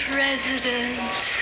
President